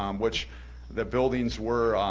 um which the buildings were,